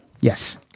Yes